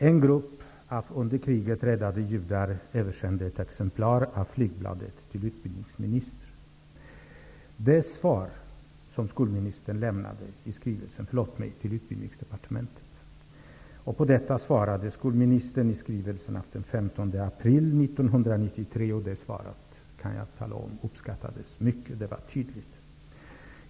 En grupp judar, som räddades under kriget, översände ett exemplar av flygbladet till Utbildningsdepartementet. På detta svarade skolministern i en skirvelse av den 15 april 1993. Jag kan tala om att det svaret uppskattades mycket. Det var tydligt.